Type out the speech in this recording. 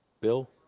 Bill